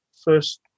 first